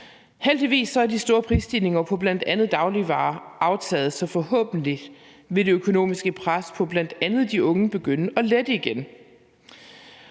Heldigvis er de store prisstigninger på bl.a. dagligvarer aftaget, så forhåbentlig vil det økonomiske pres på bl.a. de unge begynde at lette igen.